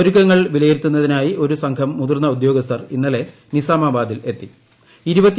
ഒരുക്കങ്ങൾ വിലയിരുത്തുന്നതിനായി ഒരു സംഘം മുതിർന്ന ഉദ്യോഗസ്സ്ഥർ ഇ ്ന്നലെ നിസാമാബാദിൽ എത്തി